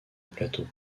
plateau